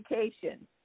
education